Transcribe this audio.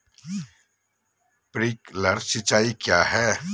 Sprinkler सिंचाई क्या है?